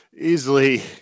Easily